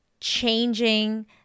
changing